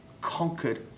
conquered